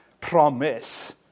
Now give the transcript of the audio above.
promise